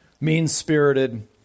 mean-spirited